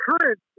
current